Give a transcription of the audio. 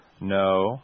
No